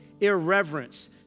irreverence